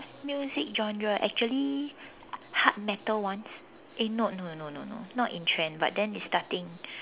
music genre actually hard metal ones eh no no no no no not in trend but then it's starting